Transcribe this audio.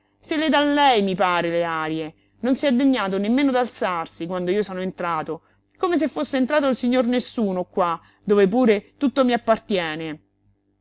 se le dà lei mi pare le arie non si è degnato nemmeno d'alzarsi quando io sono entrato come se fosse entrato il signor nessuno qua dove pure tutto mi appartiene